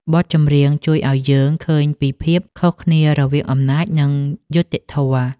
បទចម្រៀងជួយឱ្យយើងឃើញពីភាពខុសគ្នារវាងអំណាច និងយុត្តិធម៌។